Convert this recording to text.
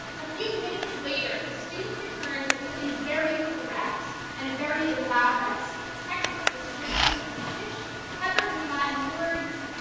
a few minutes later, the student returns with a very correct and very elaborate textbook description of the fish, peppered with latin words.